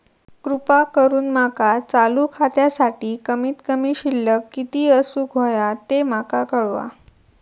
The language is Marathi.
कृपा करून माका चालू खात्यासाठी कमित कमी शिल्लक किती असूक होया ते माका कळवा